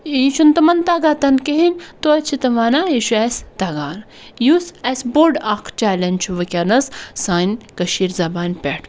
یہِ چھُنہٕ تِمَن تَگان تَنہٕ کِہیٖنۍ تویتہِ چھِ تِم وَنان یہِ چھُ اَسہِ تَگان یُس اَسہِ بوٚڈ اکھ چٮ۪لٮ۪نٛج چھُ وٕنۍکٮ۪نَس سانہِ کٔشیٖرِ زبانہِ پٮ۪ٹھ